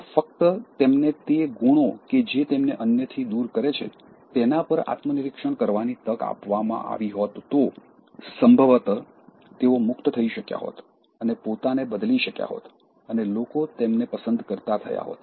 જો ફક્ત તેમને તે ગુણો કે જે તેમને અન્યથી દૂર કરે છે તેના પર આત્મનિરીક્ષણ કરવાની તક આપવામાં આવી હોત તો સંભવત તેઓ મુક્ત થઈ શક્યા હોત અને પોતાને બદલી શક્યા હોત અને લોકો તેમને પસંદ કરતાં થયા હોત